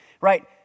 Right